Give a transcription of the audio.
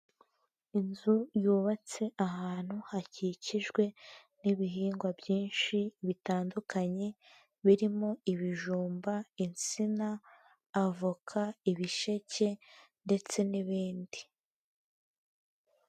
Inzu yubatse ahantu hakikijwe n'ibihingwa byinshi bitandukanye, birimo: ibijumba, insina avoka, ibisheke, ndetse n'ibindi.